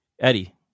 Eddie